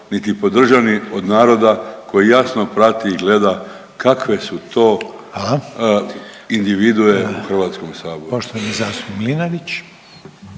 niti podržani od naroda koji jasno prati i gleda kakve su to individue … …/Upadica